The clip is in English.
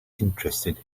interested